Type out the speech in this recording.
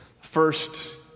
First